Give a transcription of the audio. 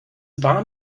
war